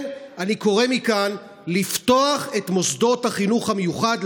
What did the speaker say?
אני קורא מכאן לפתוח את מוסדות החינוך המיוחד,